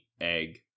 egg